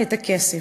את הכסף.